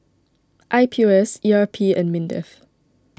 I P O S E R P and Mindef